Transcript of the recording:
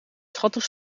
schattig